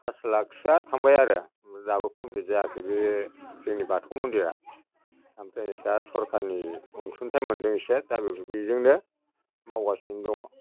फास लाखसोया थांबाय आरो आमफ्राय दाबो कमफ्लित जायाखै बे जोंनि बाथौ मन्दिरा आमफ्राय दा सरकारनि अनसुंथाय मोनदों एसे दा बेजोंनो मावगासिनो दङ